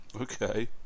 okay